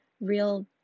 real